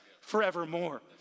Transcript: forevermore